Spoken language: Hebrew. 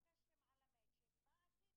אני שואלת על ימין ואתה עונה לי על שמאל.